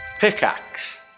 Pickaxe